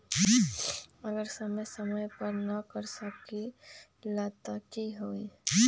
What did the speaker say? अगर समय समय पर न कर सकील त कि हुई?